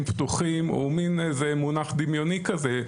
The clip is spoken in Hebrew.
פתוחים" הוא מין איזה מונח דמיוני כזה.